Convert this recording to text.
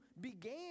began